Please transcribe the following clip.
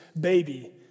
baby